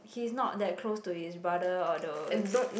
he's not that close to his brother all those